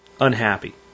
unhappy